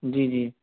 جی جی